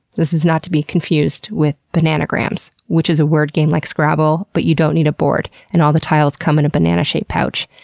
this not to be confused with bananagrams, which is a word game like scrabble, but you don't need a board, and all the tiles come in a banana-shaped pouch,